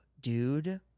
dude